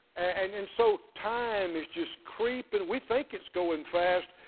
and and so time is just creeping we think it's going fast,